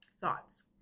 Thoughts